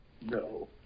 No